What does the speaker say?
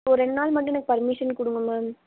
ஒரு ரெண்டு நாள் மட்டும் எனக்கு பர்மிஷன் கொடுங்க மேம்